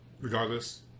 regardless